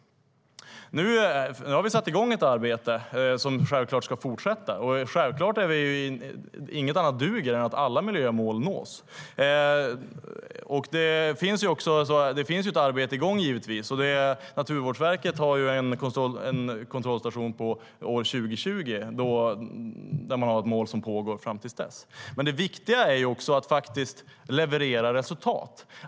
Nu har vi satt i gång ett arbete som självklart ska fortsätta. Inget annat duger än att alla miljömål nås. Det pågår naturligtvis ett arbete. Naturvårdsverket har en kontrollstation vid 2020, och fram till dess pågår arbetet. Men det viktiga är också att faktiskt leverera resultat.